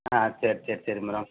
ஆ சரி சரி சரி மேடம்